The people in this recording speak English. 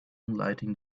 lighting